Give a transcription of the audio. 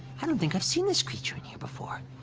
i don't think i've seen this creature in here before.